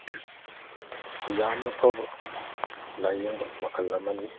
ꯃꯁꯤ ꯌꯥꯝꯅ ꯐꯕ ꯂꯥꯏꯌꯦꯡꯕ ꯃꯈꯜ ꯑꯃꯅꯤ